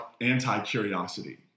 anti-curiosity